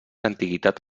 antiguitat